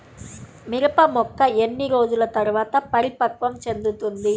మిరప మొక్క ఎన్ని రోజుల తర్వాత పరిపక్వం చెందుతుంది?